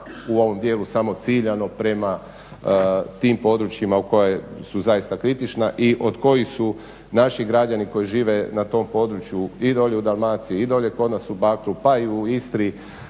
u ovom dijelu samo ciljano prema tim područjima koja su zaista kritična i od kojih su naši građani koji žive na tom području i dolje u Dalmaciji i dolje kod nas u Bakru pa i u Istri